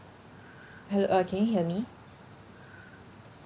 hell~ uh can you hear me